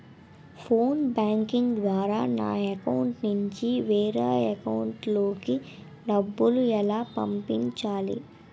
Phone banking ద్వారా నా account నుంచి వేరే అకౌంట్ లోకి డబ్బులు ఎలా పంపించాలి?